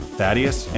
Thaddeus